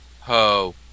ho